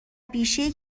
بیشهای